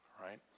Right